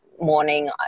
morning